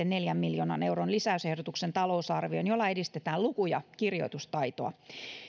neljän miljoonan euron lisäysehdotuksen jolla edistetään luku ja kirjoitustaitoa